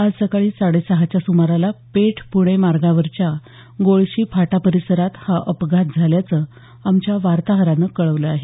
आज सकाळी साडेसहाच्या सुमाराला पेठ पूणे मार्गावरच्या गोळशी फाटा परिसरात हा अपघात झाल्याचं आमच्या वार्ताहरानं कळवलं आहे